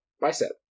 bicep